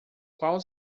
qual